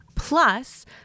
Plus